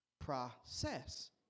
Process